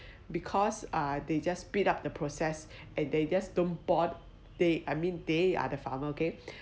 because uh they just beat up the process and they just don't bothered they I mean they are the farmer okay